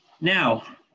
Now